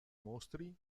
mostri